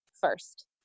first